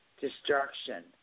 destruction